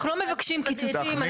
אנחנו לא מבקשים קיצוצים.